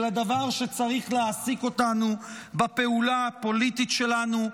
אלא דבר שצריך להעסיק אותנו בפעולה הפוליטית שלנו.